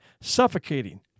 suffocating